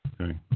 Okay